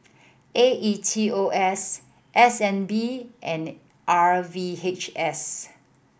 A E T O S S N B and R V H S